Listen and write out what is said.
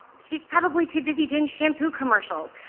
she's probably too busy doing shampoo commercials.